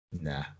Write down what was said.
nah